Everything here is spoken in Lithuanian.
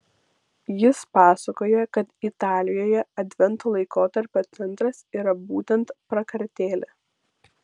jis pasakoja kad italijoje advento laikotarpio centras yra būtent prakartėlė